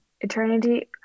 eternity